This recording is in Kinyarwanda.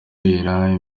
abera